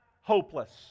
hopeless